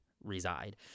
reside